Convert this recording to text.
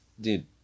Dude